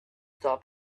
top